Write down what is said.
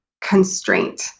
constraint